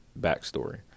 backstory